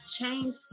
Change